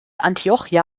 antiochia